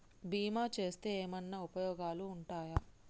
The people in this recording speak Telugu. బీమా చేస్తే ఏమన్నా ఉపయోగాలు ఉంటయా?